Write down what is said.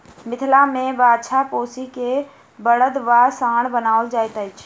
मिथिला मे बाछा पोसि क बड़द वा साँढ़ बनाओल जाइत अछि